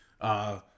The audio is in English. uh-